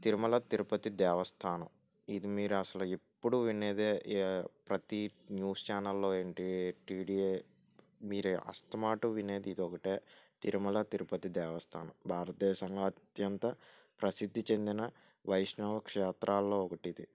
తిరుమల తిరుపతి దేవస్థానం ఇది మీరు అసలు ఎప్పుడు వినేది ప్రతి న్యూస్ ఛానల్లో ఏంటి టీడిఏ మీరు అస్తమానం వినేది ఇది ఒకటే తిరుమల తిరుపతి దేవస్థానం భారతదేశంలో అత్యంత ప్రసిద్ధి చెందిన వైష్ణవ క్షేత్రాలలో ఒకటి ఇది